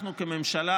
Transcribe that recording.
אנחנו כממשלה,